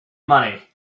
money